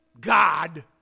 God